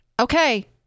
Okay